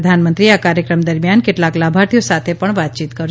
પ્રધાનમંત્રી આ કાર્યક્રમ દરમિયાન કેટલાક લાભાર્થીઓ સાથે પણ વાતચીત કરશે